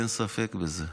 אין ספק בזה.